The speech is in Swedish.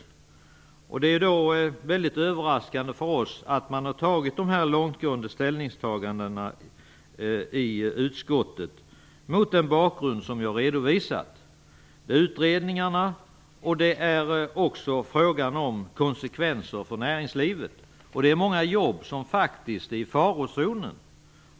Det är, mot bakgrund av vad jag har redovisat, väldigt överraskande för oss att man i utskottet har gjort de här långtgående ställningstagandena. Detta får också konsekvenser för näringslivet. Många jobb är faktiskt i farozonen.